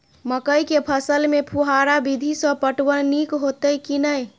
मकई के फसल में फुहारा विधि स पटवन नीक हेतै की नै?